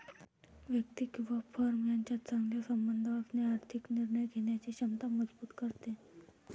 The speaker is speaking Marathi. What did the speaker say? व्यक्ती किंवा फर्म यांच्यात चांगले संबंध असणे आर्थिक निर्णय घेण्याची क्षमता मजबूत करते